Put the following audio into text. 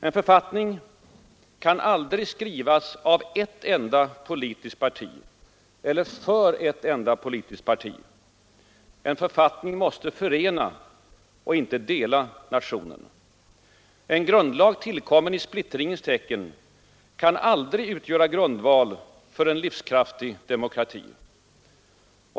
En författning kan aldrig skrivas av ett enda politiskt parti eller för ett enda politiskt parti. En författning måste förena, inte dela, nationen. En grundlag, tillkommen i splittringens tecken, kan aldrig utgöra grundval för en livskraftig demokrati.